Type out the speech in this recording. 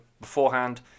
beforehand